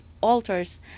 altars